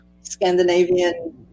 Scandinavian